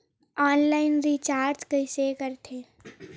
Online recharge कइसे करथे?